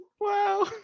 wow